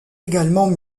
également